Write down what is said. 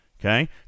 Okay